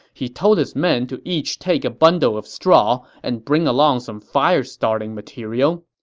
he told his men to each take a bundle of straw and bring along some firestarting material.